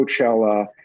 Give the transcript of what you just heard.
Coachella